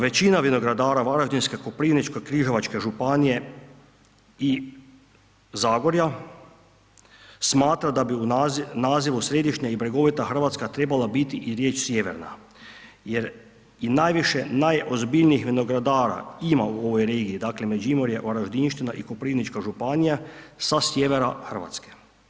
Većina vinogradara Varaždinske, Koprivničko-križevačke županije i Zagorja, smatra da bi u nazivu Središnja i bregovita Hrvatska trebala biti i riječ Sjeverna, jer i najviše najozbiljnijih vinogradara ima u ovoj regiji, dakle, Međimurje, Varaždinština i Koprivnička županija sa sjevera Hrvatske.